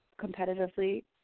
competitively